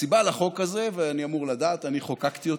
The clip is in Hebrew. הסיבה לחוק הזה, ואני אמור לדעת, אני חוקקתי אותו,